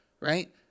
right